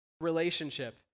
relationship